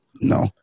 no